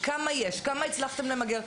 כמה יש וכמה הצלחתם למגר.